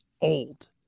old